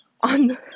on